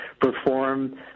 perform